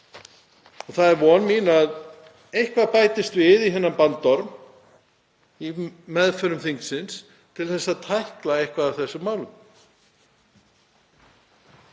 Það er von mín að eitthvað bætist við í þennan bandorm í meðförum þingsins til að tækla eitthvað af þessum málum.